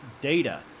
data